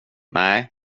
nej